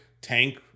tank